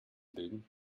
bilden